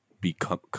become